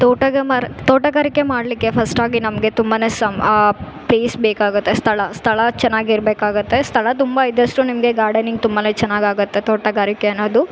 ತೋಟಗ ಮರ ತೋಟಗಾರಿಕೆ ಮಾಡ್ಲಿಕ್ಕೆ ಫಸ್ಟ್ ಆಗಿ ನಮಗೆ ತುಂಬಾ ಸಂ ಪ್ಲೇಸ್ ಬೇಕಾಗುತ್ತೆ ಸ್ಥಳ ಸ್ಥಳ ಚೆನ್ನಾಗಿರ್ಬೇಕಾಗುತ್ತೆ ಸ್ಥಳ ತುಂಬ ಇದ್ದಷ್ಟು ನಿಮಗೆ ಗಾರ್ಡನಿಂಗ್ ತುಂಬಾ ಚೆನ್ನಗಾಗುತ್ತೆ ತೋಟಗಾರಿಕೆ ಅನ್ನೊದು